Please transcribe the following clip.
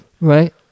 Right